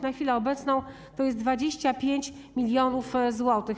Na chwilę obecną to jest 25 mln zł.